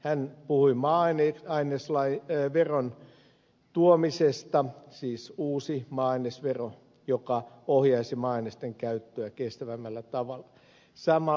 hän puhui maa ainesveron tuomisesta siis uudesta maa ainesverosta joka ohjaisi maa ainesten käyttöä kestävämmällä tavalla